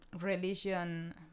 religion